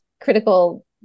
critical